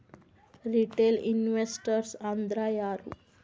Retail investors ಅಂದ್ರಾ ಯಾರು?